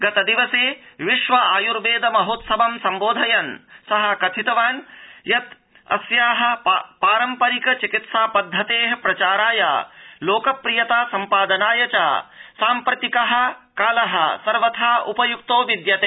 गतदिवसे विश्व आयुर्वेद महोत्सवं सम्बोधयन् सः कथितवान् यत् अस्याः पारम्परिक चिकित्सा पद्धतेः प्रचाराय लोकप्रियता सम्पादनाय च साम्प्रतिकः कालः सर्वथा उपयुक्तो विद्यते